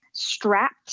strapped